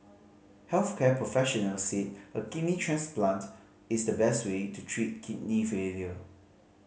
health care professional said a kidney transplant is the best way to treat kidney failure